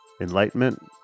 Enlightenment